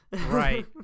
Right